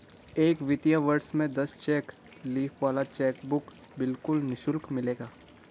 एक वित्तीय वर्ष में दस चेक लीफ वाला चेकबुक बिल्कुल निशुल्क मिलेगा